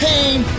pain